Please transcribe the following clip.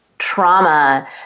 trauma